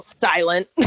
silent